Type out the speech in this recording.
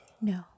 no